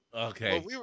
Okay